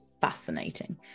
fascinating